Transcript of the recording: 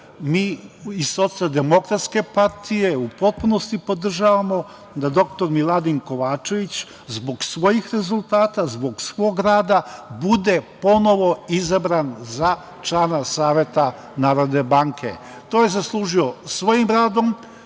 mi iz Socijaldemokratske partije u potpunosti podržavamo da dr Miladin Kovačević, zbog svojih rezultata, zbog svog rada bude ponovo izabran za člana Saveta Narodne banke. To je zaslužio svojim radom,